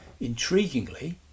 Intriguingly